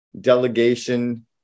delegation